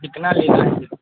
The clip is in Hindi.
कितना लेना है